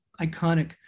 iconic